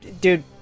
Dude